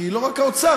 כי לא רק האוצר,